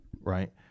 Right